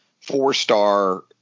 four-star